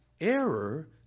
error